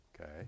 okay